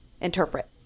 Interpret